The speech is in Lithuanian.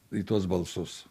į tuos balsus